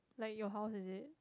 like your house is it